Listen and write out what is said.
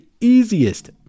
easiest